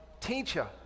Teacher